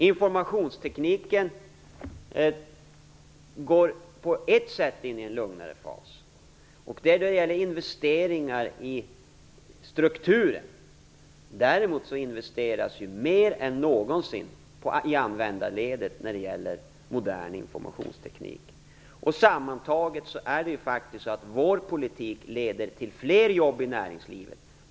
Informationstekniken går på ett sätt in i en lugnare fas, och det gäller då investeringar i strukturen. Däremot investeras ju mer än någonsin i användarledet när det gäller modern informationsteknik. Sammantaget leder vår politik till fler jobb i näringslivet.